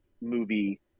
movie